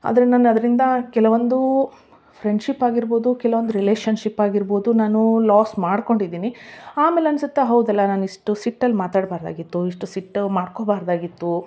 ಆದರೆ ನಾನು ಅದರಿಂದ ಕೆಲವೊಂದು ಫ್ರೆಂಡ್ಶಿಪ್ ಆಗಿರ್ಬೋದು ಕೆಲವೊಂದು ರಿಲೇಷನ್ಶಿಪ್ ಆಗಿರ್ಬೋದು ನಾನು ಲಾಸ್ ಮಾಡ್ಕೊಂಡಿದ್ದೀನಿ ಆಮೇಲೆ ಅನ್ಸತ್ತೆ ಹೌದಲ್ಲ ನಾನು ಇಷ್ಟು ಸಿಟ್ಟಲ್ಲಿ ಮಾತಾಡ್ಬಾರದಾಗಿತ್ತು ಇಷ್ಟು ಸಿಟ್ಟು ಮಾಡ್ಕೋಬಾರದಾಗಿತ್ತು